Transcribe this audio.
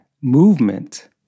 movement